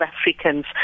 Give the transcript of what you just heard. Africans